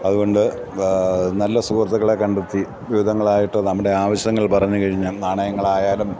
അതുകൊണ്ട് നല്ല സുഹൃത്തുക്കളെ കണ്ടെത്തി വിവിധങ്ങളായിട്ട് നമ്മുടെ ആവശ്യങ്ങൾ പറഞ്ഞുകഴിഞ്ഞാൽ നാണയങ്ങളായാലും